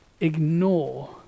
ignore